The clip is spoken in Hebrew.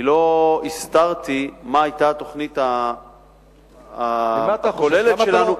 אני לא הסתרתי מה היתה התוכנית הכוללת שלנו,